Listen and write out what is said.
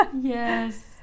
yes